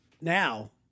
Now